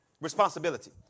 responsibility